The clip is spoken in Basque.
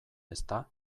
ezta